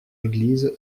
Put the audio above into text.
église